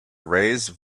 raised